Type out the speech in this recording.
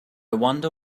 wonder